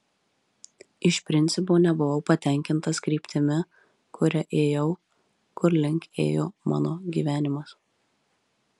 iš principo nebuvau patenkintas kryptimi kuria ėjau kur link ėjo mano gyvenimas